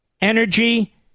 energy